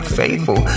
faithful